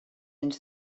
into